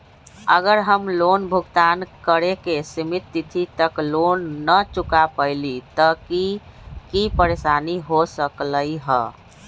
अगर हम लोन भुगतान करे के सिमित तिथि तक लोन न चुका पईली त की की परेशानी हो सकलई ह?